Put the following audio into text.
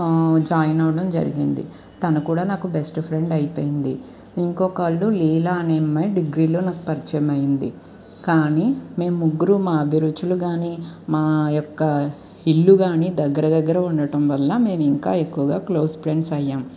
join అవ్వడం జరిగింది తన కూడా నాకు బెస్ట్ ఫ్రెండ్ అయిపోయింది ఇంకొకళ్ళు లీలా అనే అమ్మాయి డిగ్రీలో నాకు పరిచయం అయింది కానీ మేము ముగ్గురు మా అభిరుచులు గాని మా యొక్క ఇల్లు కానీ దగ్గర దగ్గర ఉండటం వల్ల మేము ఇంకా ఎక్కువగా క్లోజ్ ఫ్రెండ్స్ అయ్యాం